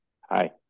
Hi